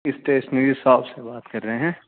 stationery shop سے بات کر رہے ہیں